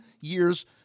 years